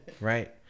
Right